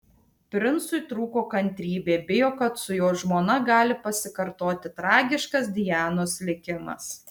princui trūko kantrybė bijo kad su jo žmona gali pasikartoti tragiškas dianos likimas